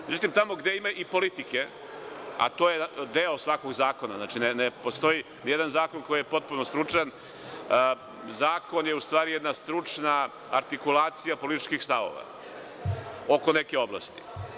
Međutim, tamo gde ima i politike, a to je deo svakog zakona, ne postoji ni jedan zakon koji je potpuno stručan, zakon je u stvari jedna stručna artikulacija političkih stavova oko neke oblasti.